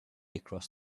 across